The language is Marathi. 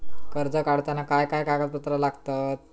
कर्ज काढताना काय काय कागदपत्रा लागतत?